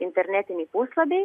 internetiniai puslapiai